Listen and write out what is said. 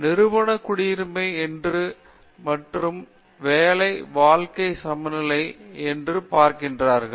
நிறுவன குடியுரிமை என்பது வேலை மற்றும் வாழ்க்கை சமநிலை என்று பார்க்கிறார்கள்